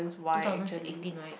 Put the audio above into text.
two thousand six eighteen right